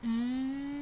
mm